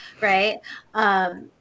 Right